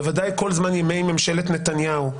בוודאי כל זמן ימי ממשלת נתניהו,